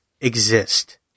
exist